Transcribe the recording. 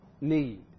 need